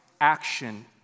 action